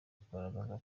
kugaragara